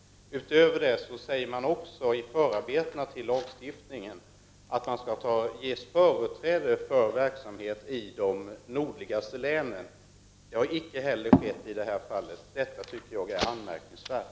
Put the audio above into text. Utöver detta sägs i förarbetena till lagstiftningen att verksamhet i de nordligaste länen skall ges företräde. Det har icke heller skett i det här fallet. Detta tycker jag är anmärkningsvärt.